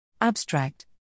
Abstract